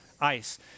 ice